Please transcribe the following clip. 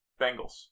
Bengals